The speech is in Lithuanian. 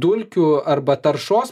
dulkių arba taršos